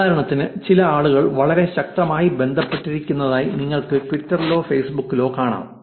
ഉദാഹരണത്തിന് ചില ആളുകൾ വളരെ ശക്തമായി ബന്ധപ്പെട്ടിരിക്കുന്നതായി നിങ്ങൾക്ക് ട്വിറ്ററിലോ ഫേസ്ബുക്കിലോ കാണാം